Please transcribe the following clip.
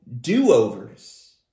do-overs